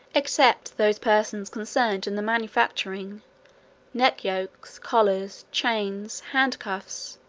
except those persons concerned in the manufacturing neck-yokes, collars chains, hand-cuffs,